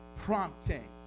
prompting